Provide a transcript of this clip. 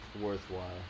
worthwhile